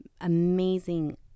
amazing